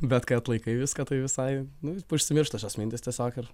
bet kai atlaikai viską tai visai nu užsimiršta šios mintys tiesiog ir